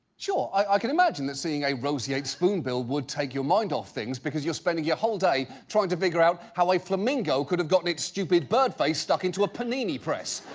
sure, i can imagine that seeing a roseate spoonbill would take your mind off things, because you're spending your whole day trying to figure out how a flamingo could have gotten its stupid bird face stuck into a panini press.